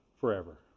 forever